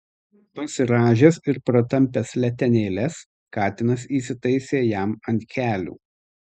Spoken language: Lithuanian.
pasirąžęs ir pratampęs letenėles katinas įsitaisė jam ant kelių